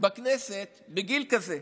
בכנסת בגיל כזה,